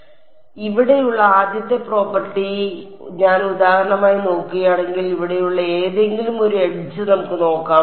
അതിനാൽ ഇവിടെയുള്ള ആദ്യത്തെ പ്രോപ്പർട്ടി ഞാൻ ഉദാഹരണമായി നോക്കുകയാണെങ്കിൽ ഇവിടെയുള്ള ഏതെങ്കിലും ഒരു എഡ്ജ് നമുക്ക് നോക്കാം